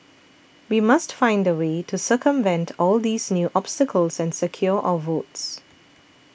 we must find a way to circumvent all these new obstacles and secure our votes